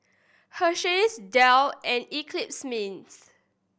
Hersheys Dell and Eclipse Mints